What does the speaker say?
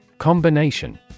Combination